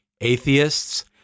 atheists